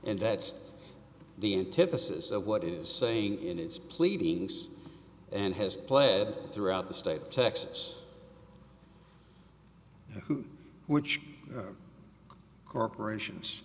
and that's the antithesis of what it is saying in its pleadings and has pled throughout the state of texas which corporations